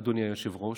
אדוני היושב-ראש,